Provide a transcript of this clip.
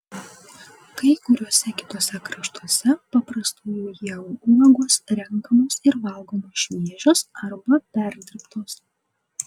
kai kuriuose kituose kraštuose paprastųjų ievų uogos renkamos ir valgomos šviežios arba perdirbtos